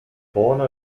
vorne